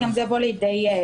וזה גם יבוא לוועדה,